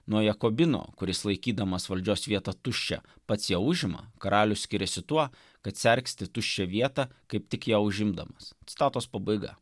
nuo jakobino kuris laikydamas valdžios vietą tuščią pats ją užima karalius skiriasi tuo kad sergsti tuščią vietą kaip tik ją užimdamas citatos pabaiga